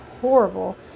horrible